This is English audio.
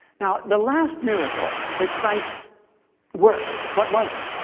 now, the last miracle that christ worked, what was it.